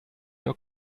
your